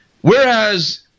Whereas